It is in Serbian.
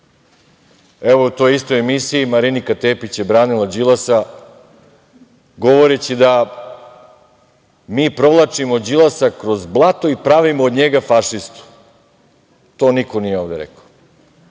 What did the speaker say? Evo, u toj istoj emisiji Marinika Tepić je branila Đilasa govoreći da mi provlačimo Đilasa kroz blato i pravimo od njega fašistu. To niko nije ovde rekao.